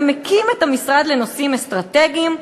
ומקים את המשרד לנושאים אסטרטגיים,